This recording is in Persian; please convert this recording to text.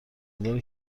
مقدار